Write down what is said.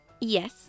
yes